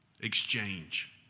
exchange